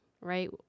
right